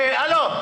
הלו.